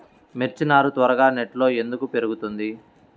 మిర్చి నారు త్వరగా నెట్లో ఎందుకు పెరుగుతుంది?